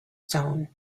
stone